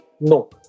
No